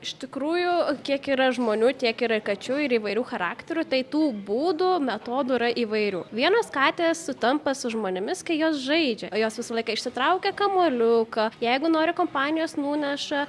iš tikrųjų kiek yra žmonių kiek yra kačių ir įvairių charakterių tai tų būdų metodų yra įvairių vienos katės sutampa su žmonėmis kai jos žaidžia o jos visą laiką išsitraukia kamuoliuką jeigu nori kompanijos nuneša